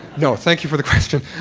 no, thank you for the question.